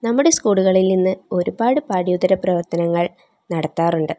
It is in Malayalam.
നമ്മുടെ സ്കൂളുകളിൽ ഇന്ന് ഒരുപാട് പാഠ്യേതര പ്രവർത്തനങ്ങൾ നടത്താറുണ്ട്